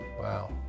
Wow